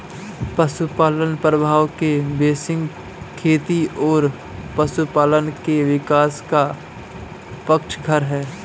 पशुपालन प्रभाव में बेसिन खेती और पशुपालन के विकास का पक्षधर है